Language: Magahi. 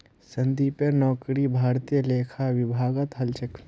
संदीपेर नौकरी भारतीय लेखा विभागत हल छ